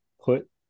put